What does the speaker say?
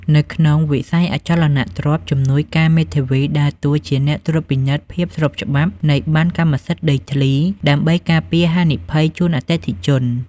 នៅក្នុងវិស័យអចលនទ្រព្យ ជំនួយការមេធាវីដើរតួជាអ្នកត្រួតពិនិត្យភាពស្របច្បាប់នៃប័ណ្ណកម្មសិទ្ធិដីធ្លី ដើម្បីការពារហានិភ័យជូនអតិថិជន។